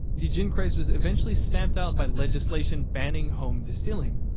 the gin craze was eventually stamped out by legislation banning home distilling.